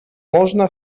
można